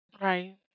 Right